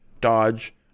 dodge